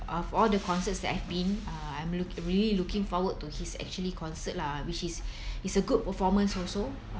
of all the concerts that I've have uh I'm look really looking forward to his actually concert lah which is is a good performance also